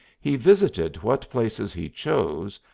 he visited what places he chose,